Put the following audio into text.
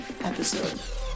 episode